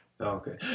Okay